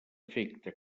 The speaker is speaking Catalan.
afecta